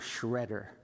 shredder